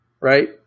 Right